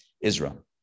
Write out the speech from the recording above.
Israel